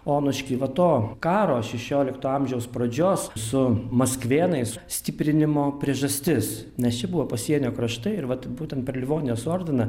onušky va to karo šešiolikto amžiaus pradžios su maskvienais stiprinimo priežastis nes čia buvo pasienio kraštai ir vat būtent per livonijos ordiną